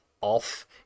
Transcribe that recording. off